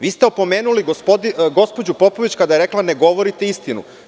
Vi ste opomenuli gospođu Popović kada je rekla – ne govorite istinu.